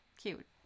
cute